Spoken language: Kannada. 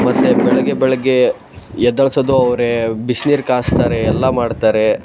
ಮತ್ತು ಬೆಳಗ್ಗೆ ಬೆಳಗ್ಗೆ ಎದ್ದೆಳ್ಸೋದು ಅವರೇ ಬಿಸ್ನೀರು ಕಾಯ್ಸ್ತಾರೆ ಎಲ್ಲಾ ಮಾಡ್ತಾರೆ